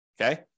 Okay